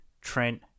Trent